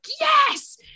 Yes